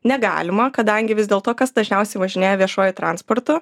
negalima kadangi vis dėl to kas dažniausiai važinėja viešuoju transportu